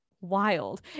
wild